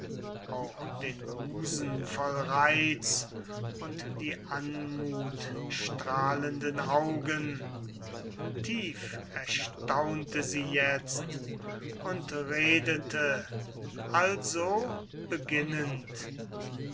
auch den busen voll reiz und die anmutstrahlenden augen tief erstaunte sie jetzt und redete also beginnend